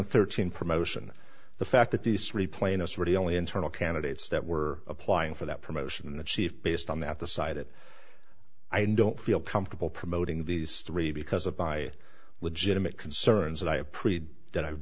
and thirteen promotion the fact that these three plaintiffs really only internal candidates that were applying for that promotion the chief based on that the cited i don't feel comfortable promoting these three because of by legitimate concerns that i appreciate that i've